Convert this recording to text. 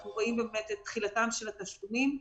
אנחנו רואים את תחילתם של התשלומים.